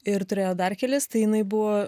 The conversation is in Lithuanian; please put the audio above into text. ir turėjo dar kelis tai jinai buvo